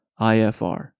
IFR